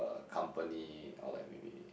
company or like maybe